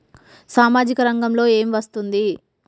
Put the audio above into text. సామాజిక రంగంలో ఏమి వస్తుంది?